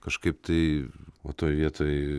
kažkaip tai o toj vietoj